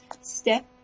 step